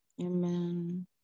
Amen